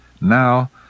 Now